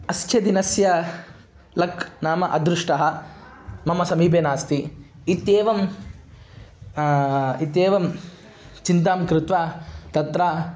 अस्य दिनस्य लक् नाम अदृष्टः मम समीपे नास्ति इत्येवम् इत्येवं चिन्तां कृत्वा तत्र